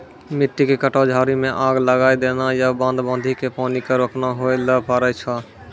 मिट्टी के कटाव, झाड़ी मॅ आग लगाय देना या बांध बांधी कॅ पानी क रोकना होय ल पारै छो